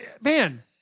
Man